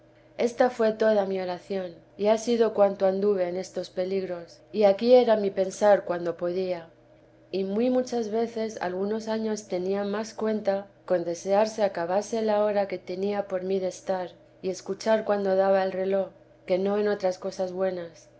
esta fué toda mi oración y ha sido cuanto anduve en estos peligros y aquí era mi pensar cuando podía y muy muchas veces algunos años tenía más cuenta con desear se acabase la hora que tenía por mí de estar y escuchar cuando daba el reloj que no en otras cosas buenas